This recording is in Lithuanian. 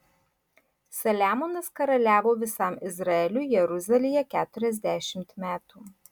saliamonas karaliavo visam izraeliui jeruzalėje keturiasdešimt metų